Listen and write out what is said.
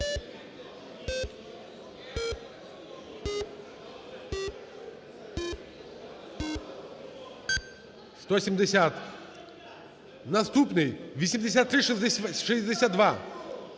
170… Наступний: 8362